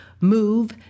Move